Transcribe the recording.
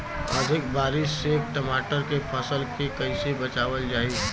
अधिक बारिश से टमाटर के फसल के कइसे बचावल जाई?